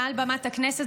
מעל במת הכנסת,